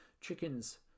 chicken's